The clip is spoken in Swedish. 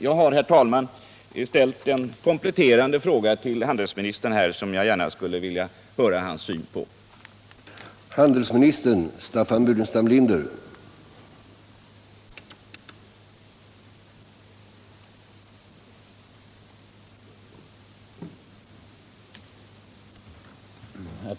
Jag har, herr talman, ställt en kompletterande fråga till handelsministern som jag gärna skulle vilja höra hans synpunkter på.